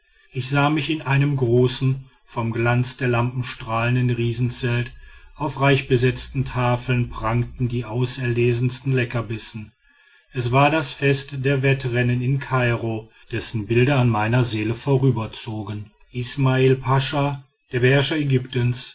ich sah mich in einem großen vom glanz der lampen strahlenden riesenzelt auf reichbesetzten tafeln prangten die auserlesensten leckerbissen es war das fest der wettrennen in kairo dessen bilder an meiner seele vorüberzogen ismail pascha der beherrscher ägyptens